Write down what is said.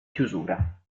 chiusura